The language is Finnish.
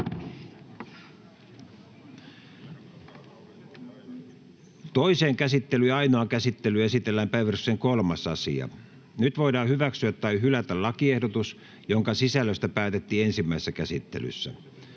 Toiseen käsittelyyn ja ainoaan käsittelyyn esitellään päiväjärjestyksen 3. asia. Nyt voidaan hyväksyä tai hylätä lakiehdotus, jonka sisällöstä päätettiin ensimmäisessä käsittelyssä.